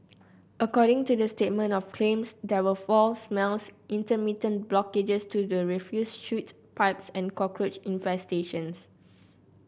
according to the statement of claims there were foul smells intermittent blockages to the refuse chute pipes and cockroach infestations